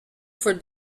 for